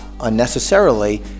unnecessarily